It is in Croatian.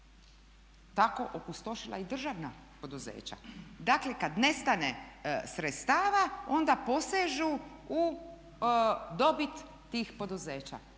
tako opustošila i državna poduzeća. Dakle kada nestane sredstava onda posežu u dobit tih poduzeća